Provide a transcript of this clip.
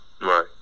Right